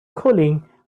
cooling